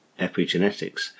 epigenetics